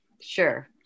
Sure